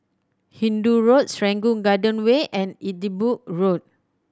Hindoo Road Serangoon Garden Way and Edinburgh Road